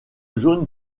jaune